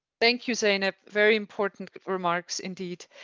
thank you, zain. ah very important remarks indeed